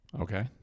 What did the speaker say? okay